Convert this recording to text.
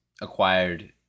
acquired